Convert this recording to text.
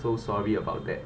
so sorry about that